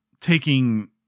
taking